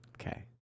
Okay